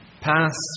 Past